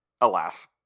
Alas